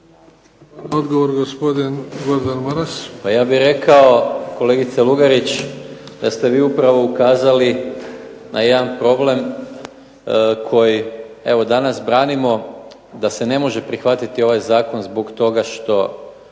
**Maras, Gordan (SDP)** Pa ja bih rekao kolegice Lugarić da ste vi upravo ukazali na jedan problem koji evo danas branimo da se ne može prihvatiti ovaj zakon zbog toga što